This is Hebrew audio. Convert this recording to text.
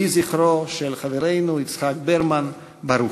יהי זכרו של חברנו יצחק ברמן ברוך.